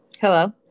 Hello